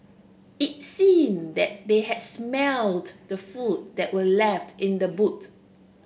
it seemed they had smelt the food that were left in the boot